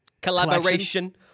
Collaboration